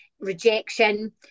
rejection